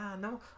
No